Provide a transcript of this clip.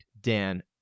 Dan